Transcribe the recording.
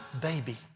baby